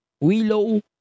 Willow